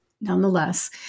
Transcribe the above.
nonetheless